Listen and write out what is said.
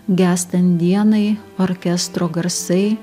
gęstant dienai orkestro garsai